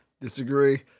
Disagree